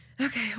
Okay